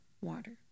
water